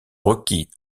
requis